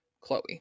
Chloe